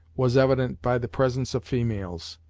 was evident by the presence of females.